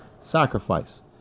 sacrifice